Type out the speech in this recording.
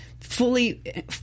fully